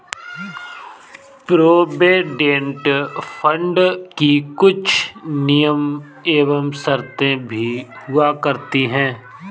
provident fund की कुछ नियम एवं शर्तें भी हुआ करती हैं